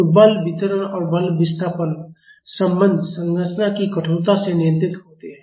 तो बल वितरण और बल विस्थापन संबंध संरचना की कठोरता से नियंत्रित होते हैं